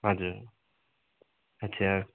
हजुर अच्छा